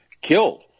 killed